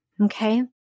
Okay